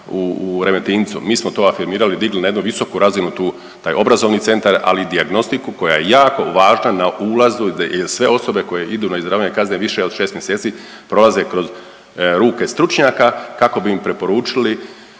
u Remetincu. Mi smo to afirmirali i digli na jednu visoku razinu tu taj obrazovni centar, ali i dijagnostiku koja je jako važna na ulazu i da sve osobe koje idu na izvršavanje kazne više od 6 mjeseci prolaze kroz ruke stručnjaka kako bi im preporučili